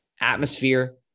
atmosphere